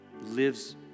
lives